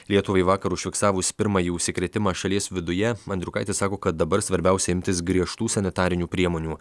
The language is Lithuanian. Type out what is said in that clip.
lietuvai vakar užfiksavus pirmąjį užsikrėtimą šalies viduje andriukaitis sako kad dabar svarbiausia imtis griežtų sanitarinių priemonių